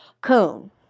Coon